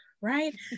right